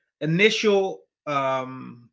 initial